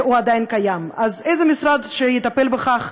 עדיין קיים, או איזה משרד שיטפל בכך,